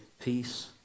peace